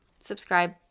subscribe